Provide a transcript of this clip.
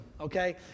okay